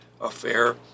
Affair